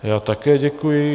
Já také děkuji.